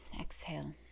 Exhale